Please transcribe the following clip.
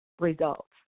results